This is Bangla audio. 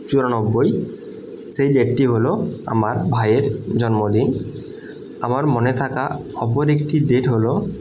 চুরানব্বই সেই ডেটটি হল আমার ভাইয়ের জন্মদিন আমার মনে থাকা অপর একটি ডেট হল